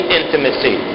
intimacy